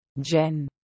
Jen